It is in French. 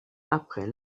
après